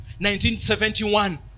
1971